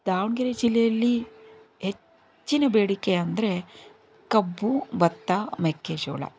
ದಾವಣಗೆರೆ ಜಿಲ್ಲೆಯಲ್ಲಿ ಹೆಚ್ಚಿನ ಬೇಡಿಕೆ ಅಂದರೆ ಕಬ್ಬು ಭತ್ತ ಮೆಕ್ಕೆಜೋಳ